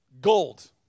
Gold